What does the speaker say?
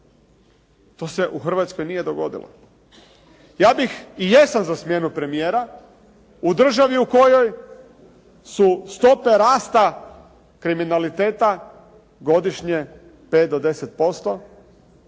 To se u Hrvatskoj nije dogodilo. Ja bih i jesam za smjenu premijera u državi u kojoj su stope rasta kriminaliteta godišnje 5 do 10%.